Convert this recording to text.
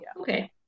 okay